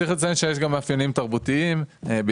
צריך לציין שיש גם מאפיינים תרבותיים בישראל.